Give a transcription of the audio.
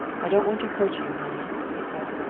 i don't want to hurt you, honey, he said.